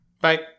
Bye